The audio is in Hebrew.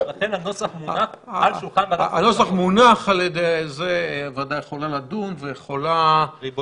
ולכן הנוסח מונח על שולחן ועדת החוץ והביטחון.